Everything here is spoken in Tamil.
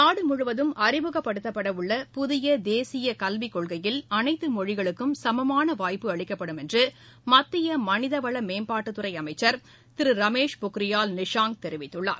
நாடு முழுவதும் ஆறிமுகப்படுத்தப்படவுள்ள புதிய தேசிய கல்விக் கொள்கையில் அனைத்து மொழிகளுக்கும் சமமான வாய்ப்பு அளிக்கப்படும் என்று மத்திய மனிதவள மேம்பாட்டுத்துறை அமைச்சா் திரு ரமேஷ் பொக்ரியால் நிஷாங் தெரிவித்துள்ளார்